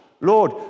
Lord